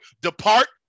Depart